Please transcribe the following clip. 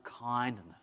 kindness